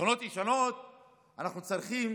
בשכונות ישנות אנחנו צריכים